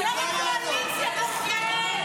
מייד יעלה ראש האופוזיציה ויוכל להשיב,